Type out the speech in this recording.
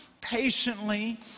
patiently